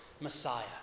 Messiah